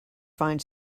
find